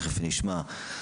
תיכף נשמע.